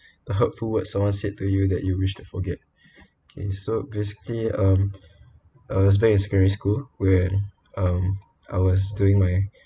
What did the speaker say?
the hurtful words someone said to you that you wish to forget so basically um uh back in secondary school when um I was doing my